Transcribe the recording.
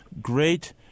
great